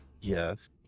yes